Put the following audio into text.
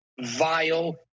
vile